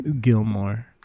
Gilmore